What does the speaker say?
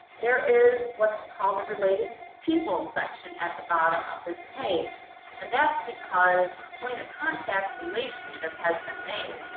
there is what's called the related people section at the bottom of this page and that's because a point of contact relationship has been made.